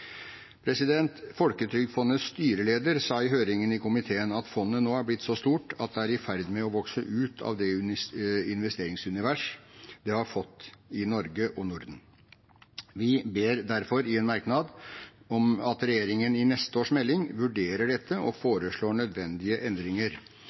Folketrygdfondets styreleder sa i høringene i komiteen at fondet nå er blitt så stort at det er i ferd med å vokse ut av det investeringsunivers det har fått, i Norge og Norden. Vi ber derfor i en merknad om at regjeringen i neste års melding vurderer dette og